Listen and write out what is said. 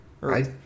Right